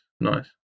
Nice